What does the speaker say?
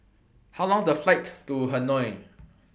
How Long IS The Flight to Hanoi